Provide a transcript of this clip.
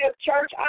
Church